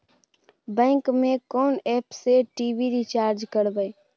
Bank के कोन app से टी.वी रिचार्ज करबे?